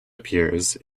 appears